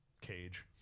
cage